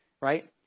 right